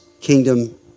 kingdom